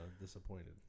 disappointed